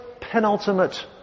penultimate